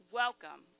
welcome